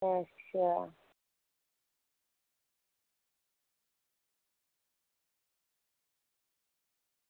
अच्छा